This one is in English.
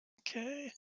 Okay